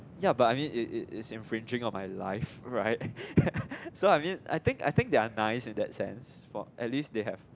ya but I mean it it it is infringing on my life right so I mean I think I think they are nice in that sense for at least they have